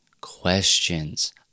questions